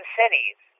cities